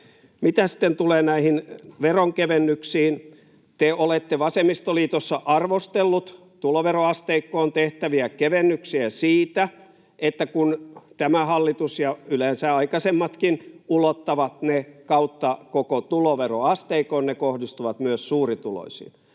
Mitä sitten tulee näihin veronkevennyksiin, niin te olette vasemmistoliitossa arvostellut tuloveroasteikkoon tehtäviä kevennyksiä siitä, että kun tämä hallitus — ja yleensä aikaisemmatkin — ulottavat ne kautta koko tuloveroasteikon, niin ne kohdistuvat myös suurituloisiin.